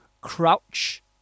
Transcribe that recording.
crouch